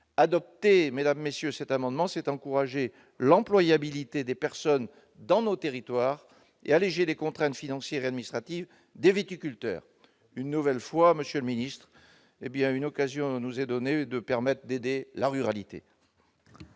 Adopter cet amendement permettrait d'encourager l'employabilité des personnes dans nos territoires et d'alléger les contraintes financières et administratives pour les viticulteurs. Une nouvelle fois, monsieur le ministre, l'occasion nous est donnée d'aider la ruralité